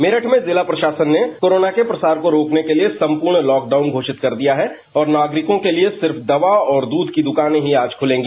मेरठ में जिला प्रशासन ने कोरोना के प्रसार को रोकने के लिए संप्रर्ण लॉकडाउन घोषित कर दिया है और नागरिकों के लिए सिर्फ दवा और दूध की दकानें ही आज खुलेंगी